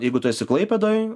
jeigu tu esi klaipėdoj